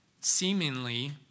seemingly